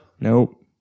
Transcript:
Nope